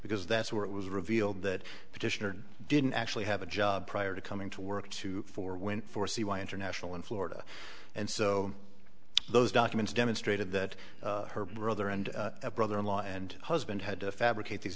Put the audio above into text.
because that's where it was revealed that petitioner didn't actually have a job prior to coming to work two four went for c y international in florida and so those documents demonstrated that her brother and brother in law and husband had to fabricate these